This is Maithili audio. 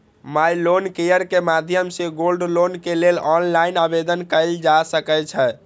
माइ लोन केयर के माध्यम सं गोल्ड लोन के लेल ऑनलाइन आवेदन कैल जा सकै छै